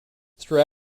through